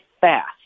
fast